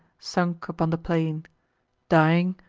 sunk upon the plain dying,